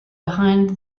behind